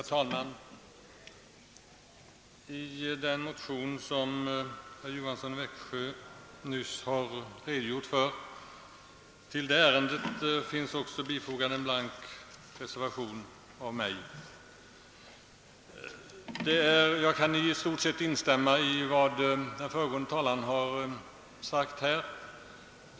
Herr talman! Till allmänna beredningsutskottets utlåtande nr 42, som behandlar den motion som herr Johansson i Växjö nyss redogjorde för, finns också fogad en blank reservation av mig. Jag kan i stort sett instämma i vad den föregående talaren sade.